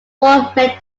fort